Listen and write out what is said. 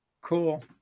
cool